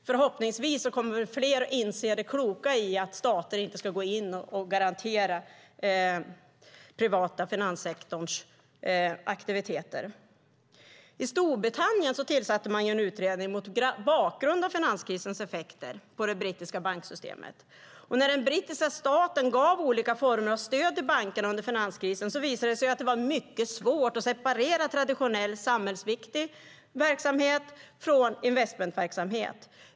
Förhoppningsvis kommer fler att inse det kloka i att stater inte ska gå in och garantera den privata finanssektorns aktiviteter. I Storbritannien tillsatte man en utredning mot bakgrund av finanskrisens effekter på det brittiska banksystemet. När den brittiska staten gav olika former av stöd till bankerna under finanskrisen visade det sig att det var mycket svårt att separera traditionell samhällsviktig verksamhet från investmentverksamhet.